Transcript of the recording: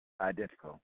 identical